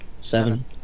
Seven